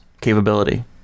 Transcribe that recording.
capability